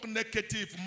negative